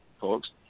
folks